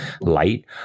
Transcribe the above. light